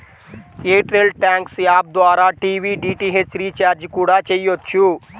air tell thanks app ద్వారా TV DTH recharge కూడా చెయ్యొచ్చు